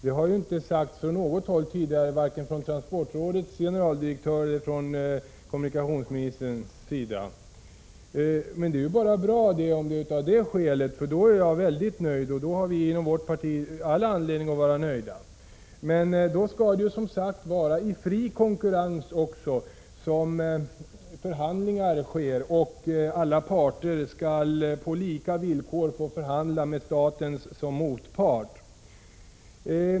Det har tidigare inte sagts från något håll, varken av transportrådets generaldirektör eller av kommunikationsministern. Om det är det skälet så är jag dock nöjd, och vi har inom vårt parti all anledning att vara nöjda. Men då skall också förhandlingarna ske i fri konkurrens, och alla parter skall på lika villkor få förhandla med staten som motpart.